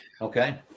okay